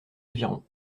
avirons